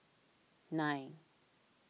nine